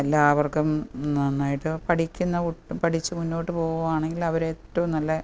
എല്ലാവർക്കും നന്നായിട്ട് പഠിക്കുന്ന പഠിച്ച് മുന്നോട്ടു പോവുകയാണെങ്കിൽ അവർ ഏറ്റവും നല്ല